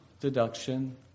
deduction